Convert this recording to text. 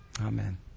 Amen